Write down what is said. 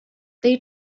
they